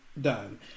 done